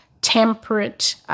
temperate